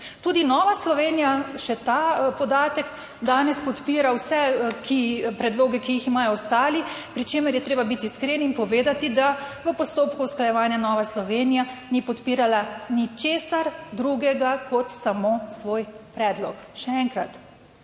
Tudi Nova Slovenija še ta podatek danes podpira vse predloge, ki jih imajo ostali, pri čemer je treba biti iskren in povedati, da v postopku usklajevanja Nova Slovenija ni podpirala ničesar drugega kot samo svoj predlog. Še enkrat,